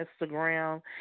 Instagram